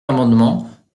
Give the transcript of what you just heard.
amendements